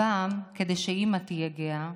הפעם כדי שאימא תהיה גאה,